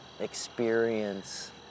experience